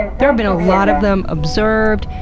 there have been a lot of them observed,